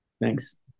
Thanks